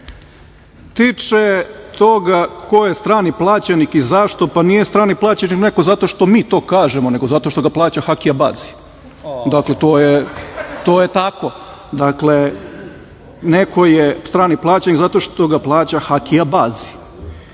tiče toga ko je strani plaćenik i zašto, pa nije strani plaćenik neko zato što mi to kažemo nego zato što ga plaća Haki Abazi. Dakle, to je tako. Dakle, neko je strani plaćenik zato što ga plaća Haki